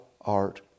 art